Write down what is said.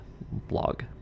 blog